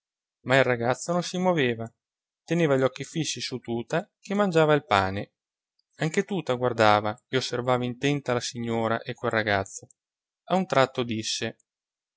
ma il ragazzo non si moveva teneva gli occhi fissi su tuta che mangiava il pane anche tuta guardava e osservava intenta la signora e quel ragazzo a un tratto disse